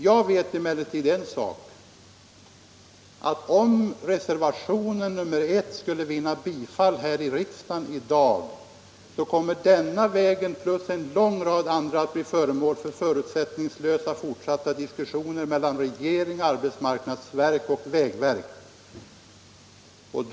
Jag vet emellertid en sak: Om reservationen 1 vinner bifall här i riksdagen i dag kommer denna väg och en lång rad andra att bli föremål för förutsättningslösa fortsatta diskussioner mellan regeringen, arbetsmarknadsverket och vägverket.